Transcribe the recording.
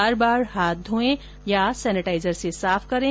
बार बार हाथ धोएं या सेनेटाइजर से साफ करें